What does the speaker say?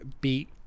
beat